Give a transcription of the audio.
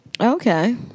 Okay